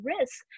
risk